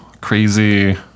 Crazy